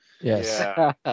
Yes